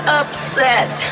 upset